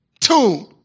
two